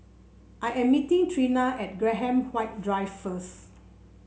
I am meeting Trina at Graham White Drive first